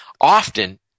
often